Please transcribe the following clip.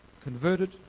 converted